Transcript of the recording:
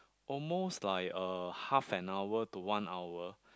almost like uh half an hour to one hour